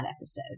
episode